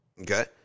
okay